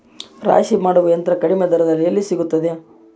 ರಾಶಿ ಮಾಡುವ ಯಂತ್ರ ಕಡಿಮೆ ದರದಲ್ಲಿ ಎಲ್ಲಿ ಸಿಗುತ್ತದೆ?